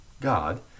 God